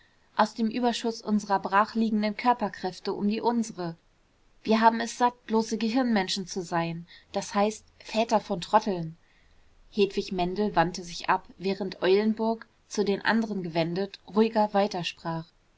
aus dem überschuß unserer brachliegenden körperkräfte um die unsere wir haben es satt bloße gehirnmenschen zu sein das heißt väter von trotteln hedwig mendel wandte sich ab während eulenburg zu den anderen gewendet ruhiger weiter